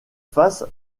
face